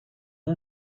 اون